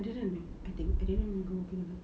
I didn't know I think I didn't even go